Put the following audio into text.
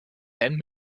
denn